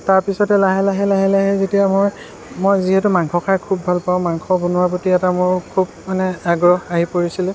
তাৰপিছতে লাহে লাহে লাহে লাহে যেতিয়া মই মই যিহেতু মাংস খাই খুব ভাল পাওঁ মাংস বনোৱাৰ প্ৰতি এটা মোৰ খুব মানে আগ্ৰহ আহি পৰিছিলে